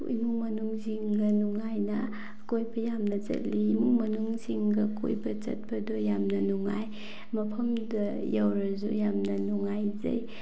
ꯏꯃꯨꯡ ꯃꯅꯨꯡꯁꯤꯡꯒ ꯅꯨꯡꯉꯥꯏꯅ ꯀꯣꯏꯕ ꯌꯥꯝꯅ ꯆꯠꯂꯤ ꯏꯃꯨꯡ ꯃꯅꯨꯡꯁꯤꯡꯒ ꯀꯣꯏꯕ ꯆꯠꯄꯗꯣ ꯌꯥꯝꯅ ꯅꯨꯡꯉꯥꯏ ꯃꯐꯝꯗꯨꯗ ꯌꯧꯔꯁꯨ ꯌꯥꯝꯅ ꯅꯨꯡꯉꯥꯏꯖꯩ